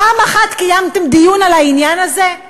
פעם אחת קיימתם דיון על העניין הזה?